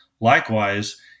Likewise